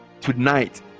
tonight